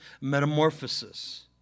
metamorphosis